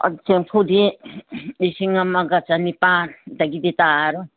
ꯆꯦꯡꯐꯨꯗꯤ ꯂꯤꯁꯤꯡ ꯑꯃꯒ ꯆꯅꯤꯄꯥꯜ ꯑꯗꯒꯤꯗꯤ ꯇꯥꯔꯔꯣꯏ